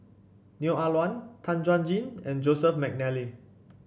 Neo Ah Luan Tan Chuan Jin and Joseph McNally